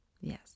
yes